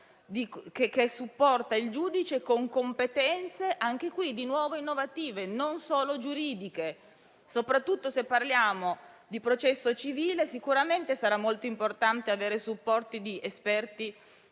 che supporta il giudice con competenze innovative, non solo giuridiche; soprattutto se parliamo di processo civile, sarà sicuramente molto importante avere il supporto di esperti